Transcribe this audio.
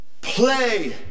Play